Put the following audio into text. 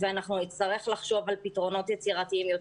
אנחנו נצטרך לחשוב על פתרונות יצירתיים יותר.